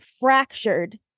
fractured